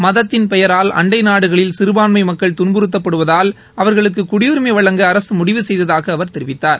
மதத்தின் பெயரால் அண்டை நாடுகளில் சிறபான்மை மக்கள் துன்புறத்தப்படுவதால் அவர்களுக்கு குடியுரிமை வழங்க அரசு முடிவு செய்ததாக அவர் தெரிவித்தார்